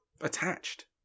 attached